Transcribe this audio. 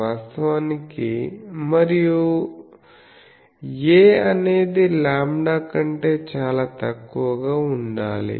వాస్తవానికి మరియు a అనేది λ కంటే చాలా తక్కువగా ఉండాలి